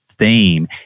Theme